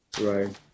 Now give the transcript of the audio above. right